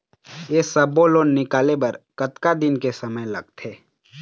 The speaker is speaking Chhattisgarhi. ये सब्बो लोन निकाले बर कतका दिन के समय लगथे?